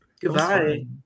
Goodbye